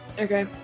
Okay